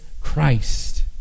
Christ